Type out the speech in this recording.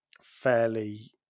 fairly